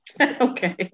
Okay